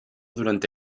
durante